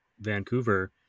Vancouver